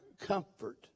comfort